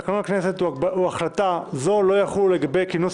תקנון הכנסת או החלטה זו לא יחולו לגבי כינוס